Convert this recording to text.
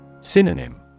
Synonym